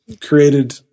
created